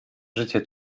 życie